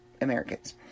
Americans